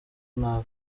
nabi